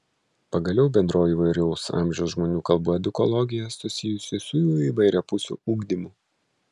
pagaliau bendroji įvairaus amžiaus žmonių kalbų edukologija susijusi su jų įvairiapusiu ugdymu